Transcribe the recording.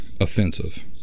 offensive